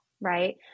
Right